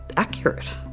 accurate.